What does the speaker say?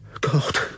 God